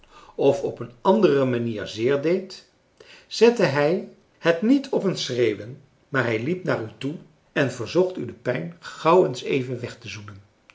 of op een andere manier zeer deed zette hij het niet op een schreeuwen maar hij liep naar u toe françois haverschmidt familie en kennissen en verzocht u de pijn gauw eens even weg te zoenen